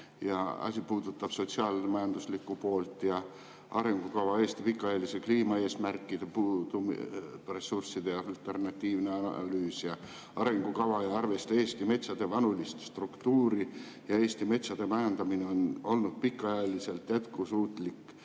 Asi puudutab sotsiaal-majanduslikku poolt ja arengukavas puudub Eesti pikaajalise kliimaeesmärkide ressursside alternatiivne analüüs, arengukava ei arvesta Eesti metsade vanuselist struktuuri ja Eesti metsade majandamine on olnud pikaajaliselt jätkusuutlik